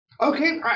Okay